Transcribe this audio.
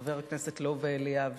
חבר הכנסת לובה אליאב,